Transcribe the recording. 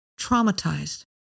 traumatized